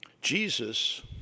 Jesus